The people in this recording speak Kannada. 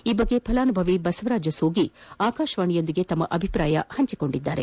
ಈ ಬಗ್ಗೆ ಫಲಾನುಭವಿ ಬಸವರಾಜ ಸೋಗಿ ಆಕಾಶವಾಣಿಯೊಂದಿಗೆ ತಮ್ಮ ಅಭಿಪ್ರಾಯ ಪಂಚಿಕೊಂಡಿದ್ದಾರೆ